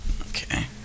Okay